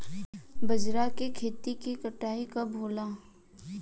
बजरा के खेती के कटाई कब होला?